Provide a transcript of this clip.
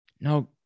no